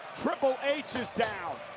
triple h is down.